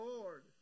Lord